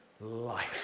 life